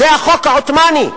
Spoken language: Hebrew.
זה החוק העות'מאני.